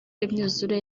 imyuzure